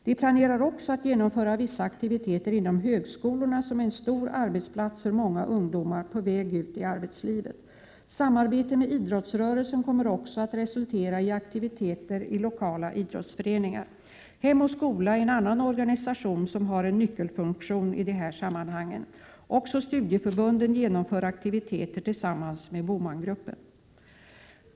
De planerar också att genomföra vissa aktiviteter inom högskolorna, som är en stor arbetsplats för många ungdomar på väg ut i arbetslivet. Samarbete med idrottsrörelsen kommer också att resultera i aktiviteter i lokala idrottsföreningar. Hem och skola är en annan organisation som har en nyckelfunktion i de här sammanhangen. Studieförbunden genomför också aktiviteter tillsammans med BOMAN gruppen.